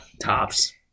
Tops